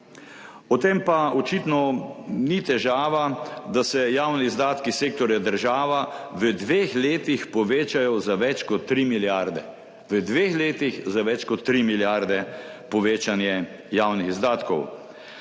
V tem pa očitno ni težava, da se javni izdatki sektorja država v dveh letih povečajo za več kot 3 milijarde, v dveh letih za več kot tri milijarde povečanje javnih izdatkov.